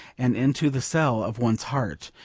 and into the cell of one's heart,